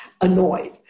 annoyed